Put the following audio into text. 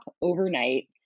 overnight